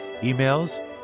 emails